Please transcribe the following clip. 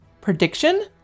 prediction